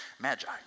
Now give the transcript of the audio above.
Magi